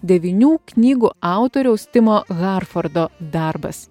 devynių knygų autoriaus timo harfordo darbas